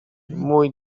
mój